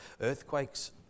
earthquakes